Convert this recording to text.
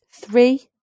three